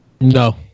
no